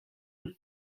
the